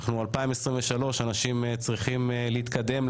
ב-2023 אנשים צריכים להתקדם,